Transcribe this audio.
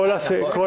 איתן, יש --- חדשים?